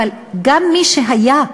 אבל גם מי שהיה,